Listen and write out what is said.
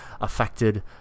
affected